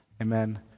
Amen